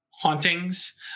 hauntings